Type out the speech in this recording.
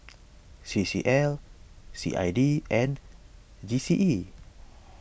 C C L C I D and G C E